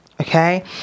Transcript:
okay